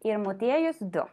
ir motiejus du